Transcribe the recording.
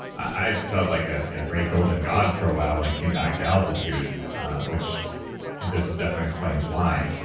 i felt like a great golden god for a while when i came back to altitude which this definitely explains why.